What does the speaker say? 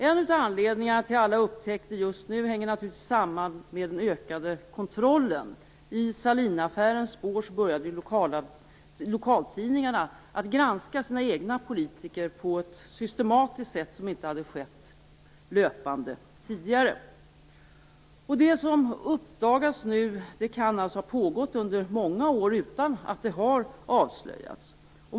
En av anledningarna till alla upptäckter just nu hänger naturligtvis samman med den ökade kontrollen. I Sahlinaffärens spår började lokaltidningarna att granska sina egna politiker på ett systematiskt sätt, vilket inte hade skett löpande tidigare. Det som uppdagas nu kan alltså ha pågått under många år utan att det har avslöjats.